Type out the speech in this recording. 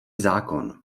zákon